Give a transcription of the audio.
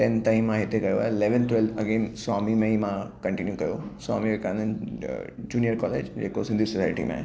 ten ताईं मां हिते कयो आहे इलेवन ट्वेल अगेन स्वामी में ई मां कंटिन्यू कयो स्वामी विवेकानंद जुनिअर कॉलेज जेको सिंधी सोसाइटी में आहे